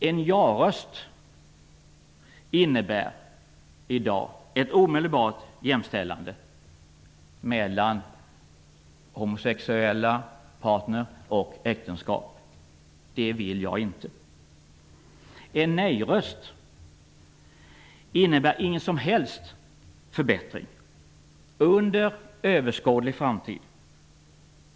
En ja-röst innebär i dag ett omedelbart jämställande av homosexuellt partnerskap och äktenskap. Det vill jag inte. En nej-röst innebär ingen förbättring under överskådlig framtid.